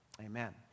Amen